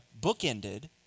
bookended